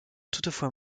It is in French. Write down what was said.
toutefois